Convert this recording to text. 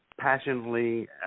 passionately